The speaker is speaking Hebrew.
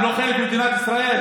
הם לא חלק ממדינת ישראל?